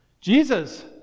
Jesus